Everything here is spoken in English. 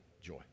joy